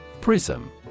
Prism